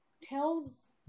tells